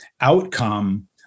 outcome